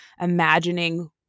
imagining